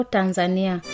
Tanzania